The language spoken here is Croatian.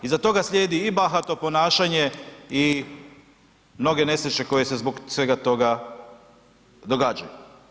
Iza toga slijedi i bahato ponašanje i mnoge nesreće koje se zbog svega toga događaju.